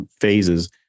phases